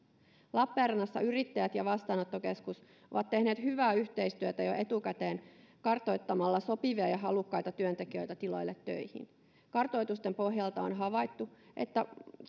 lappeenrannassa yrittäjät ja vastaanottokeskus ovat tehneet hyvää yhteistyötä jo etukäteen kartoittamalla sopivia ja halukkaita työntekijöitä tiloille töihin kartoitusten pohjalta on havaittu että